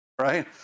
right